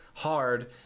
hard